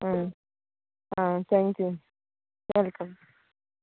आं thank you welcome